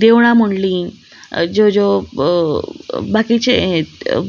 देवळां मोडलीं ज्यो ज्यो बाकीचें हें